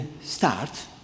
start